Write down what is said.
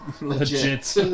legit